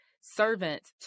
servant